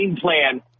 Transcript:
plan